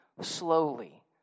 slowly